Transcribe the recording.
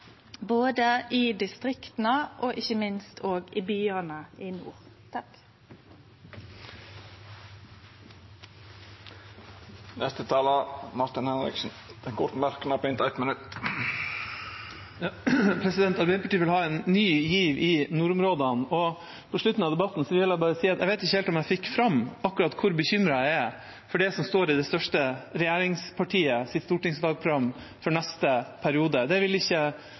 både i distrikta og ikkje minst òg i byane i nord. Representanten Martin Henriksen har hatt ordet to gonger tidlegare og får ordet til ein kort merknad, avgrensa til 1 minutt. Arbeiderpartiet vil ha en ny giv i nordområdene. På slutten av debatten vil jeg bare si at jeg vet ikke helt om jeg fikk fram akkurat hvor bekymret jeg er for det som står i det største regjeringspartiets stortingsvalgprogram for neste periode. Det vil ikke